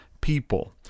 people